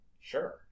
Sure